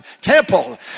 Temple